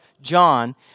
John